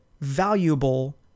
valuable